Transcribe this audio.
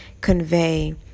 convey